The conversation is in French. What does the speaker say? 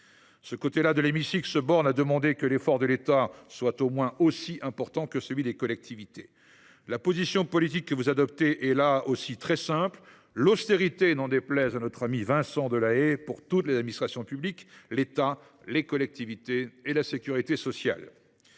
Le côté droit de l’hémicycle se borne à demander que l’effort de l’État soit au moins aussi important que celui des collectivités. La position politique que vous adoptez est une fois de plus très simple : l’austérité – n’en déplaise à Vincent Delahaye – pour toutes les administrations publiques, l’État, les collectivités et la sécurité sociale.